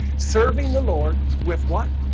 serving the lord with what?